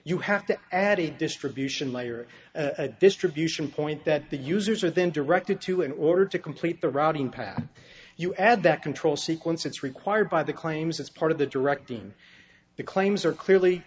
you have to add a distribution layer a distribution point that the users are then directed to in order to complete the routing path you add that control sequence it's required by the claims as part of the directing the claims are clearly